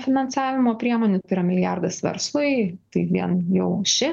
finansavimo priemonių tai yra milijardas verslui tai vien jau ši